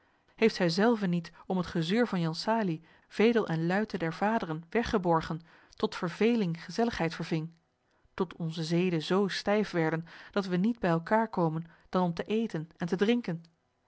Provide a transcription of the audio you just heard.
heeft zij zelve niet om het gezeur van jan salie vedel en luite der vaderen weggeborgen tot verveling gezelligheid verving tot onze zeden zoo stijf werden dat we niet bij elkaêr komen dan om te eten en te drinken